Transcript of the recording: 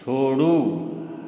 छोड़ू